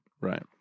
Right